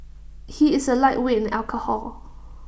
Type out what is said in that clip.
he is A lightweight in alcohol